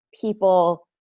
people